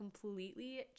completely